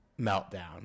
meltdown